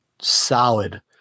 solid